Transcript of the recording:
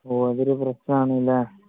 ഓ അതൊരു പ്രശ്നമാണല്ലേ